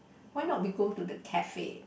why not we go to the cafe